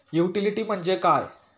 Utility म्हणजे काय?